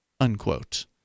unquote